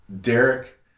Derek